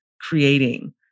creating